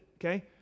okay